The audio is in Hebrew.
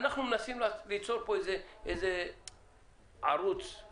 אי אפשר לדחות את זה בעוד שנים קדימה.